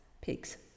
pigs